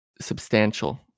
substantial